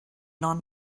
non